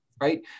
right